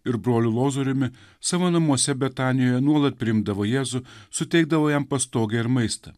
ir broliu lozoriumi savo namuose betanijoje nuolat priimdavo jėzų suteikdavo jam pastogę ir maistą